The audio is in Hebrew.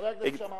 חבר הכנסת שאמה,